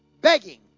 begging